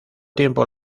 tiempo